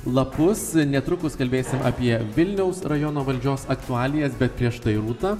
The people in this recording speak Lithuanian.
lapus netrukus kalbėsim apie vilniaus rajono valdžios aktualijas bet prieš tai rūta